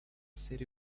city